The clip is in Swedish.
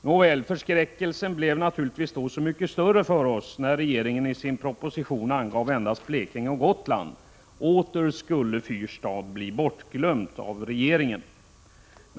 Förskräckelsen blev då så mycket större när regeringen i sin proposition endast tog upp Blekinge och Gotland i detta sammanhang. Åter skulle Fyrstad bli bortglömt av regeringen.